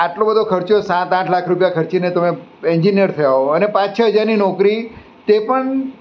આટલો બધો ખર્ચો સાત આઠ લાખ રૂપિયા ખર્ચીને તમે એન્જિન્યર થયા હો અને પાંચ છ હજારની નોકરી તે પણ